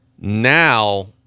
Now